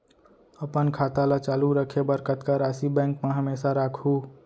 अपन खाता ल चालू रखे बर कतका राशि बैंक म हमेशा राखहूँ?